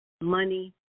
money